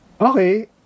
okay